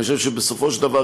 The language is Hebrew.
אני חושב שבסופו של דבר,